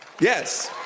Yes